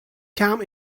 come